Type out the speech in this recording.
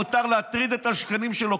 מותר להטריד את השכנים שלו,